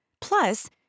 Plus